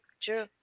true